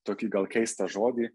tokį gal keistą žodį